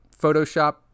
Photoshop